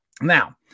Now